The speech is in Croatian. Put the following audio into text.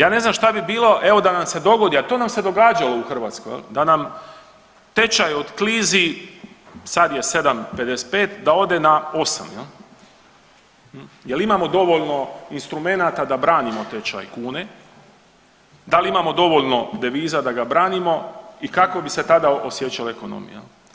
Ja ne znam šta bi bilo, evo da nam se dogodi, a to nam se događalo u Hrvatskoj, da nam tečaj otklizi, sad je 7,55, da ode na 8 je l' imamo dovoljno instrumenata da branimo tečaj kune, da li imamo dovoljno deviza da ga branimo i kako bi se tada osjećala ekonomija?